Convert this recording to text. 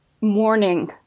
morning